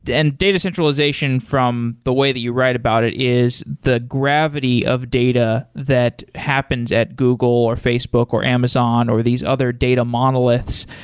and data centralization from the way that you write about it is the gravity of data that happens at google or facebook or amazon or these other data monoliths.